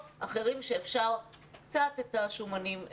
אחרים שאפשר קצת את השומנים להוריד.